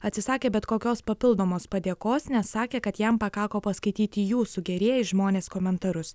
atsisakė bet kokios papildomos padėkos nes sakė kad jam pakako paskaityti jūsų gerieji žmonės komentarus